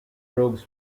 drugs